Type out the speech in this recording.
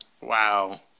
Wow